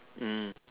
mm